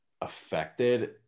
affected